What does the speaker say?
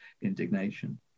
indignation